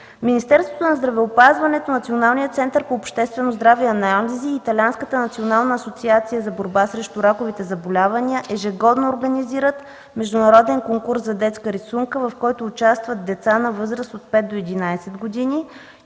Министерството на здравеопазването, Националният център по обществено здраве и анализи и Италианската национална асоциация за борба срещу раковите заболявания ежегодно организират международен конкурс за детска рисунка, в който участват деца на възраст от 5 до 11 години.